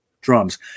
drums